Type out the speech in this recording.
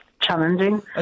challenging